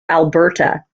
alberta